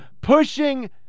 pushing